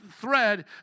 thread